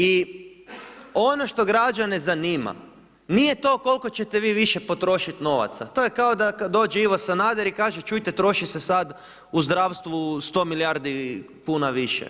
I ono što građane zanima, nije to koliko ćete vi više potrošiti novaca, to je kao da dođe Ivo Sanader i kaže čujte troši se sada u zdravstvu 100 milijardi kuna više.